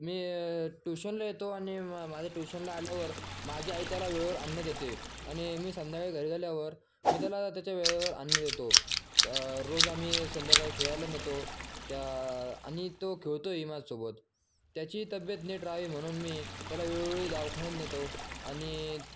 मी ट्युशनला येतो आणि मा माझ्या ट्युशनला आल्यावर माझी आई त्याला वेळेवर अन्न देते आणि मी संध्याकाळी घरी गेल्यावर मी त्याला त्याच्या वेळेवर अन्न देतो रोज आम्ही संध्याकाळी फिरायला नेतो त्या आणि तो खेळवतो ह माझ्यासोबत त्याची तब्येत नीट रहावी म्हणून मी त्याला वेळोवेळी दवाखान्यात नेतो आणि